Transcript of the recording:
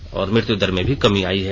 और मृत्युदर में भी कमी आई है